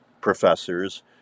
professors